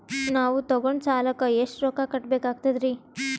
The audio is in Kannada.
ನಾವು ತೊಗೊಂಡ ಸಾಲಕ್ಕ ಎಷ್ಟು ರೊಕ್ಕ ಕಟ್ಟಬೇಕಾಗ್ತದ್ರೀ?